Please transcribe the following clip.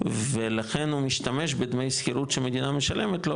ולכן הוא משתמש בדמי שכירות שהמדינה משלמת לו,